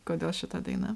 kodėl šita daina